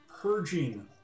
purging